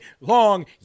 long